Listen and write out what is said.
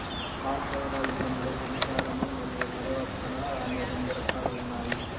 పాస్టోరలిజంలో సంచారము మరియు పరివర్తన అని రెండు రకాలు ఉన్నాయి